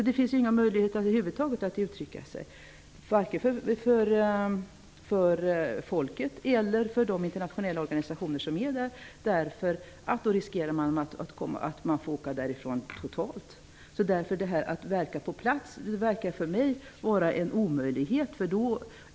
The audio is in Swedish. Det finns över huvud taget ingen möjlighet vare sig för folket eller organisationerna där att uttala sig eftersom man då riskerar att få åka därifrån. Att verka på plats låter för mig som en omöjlighet.